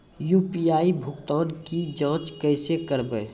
UPI भुगतान की जाँच कैसे करेंगे?